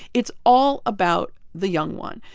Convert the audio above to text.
it's all about the young one.